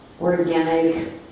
organic